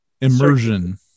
Immersion